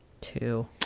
Two